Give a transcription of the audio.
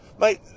Mate